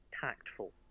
tactful